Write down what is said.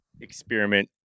experiment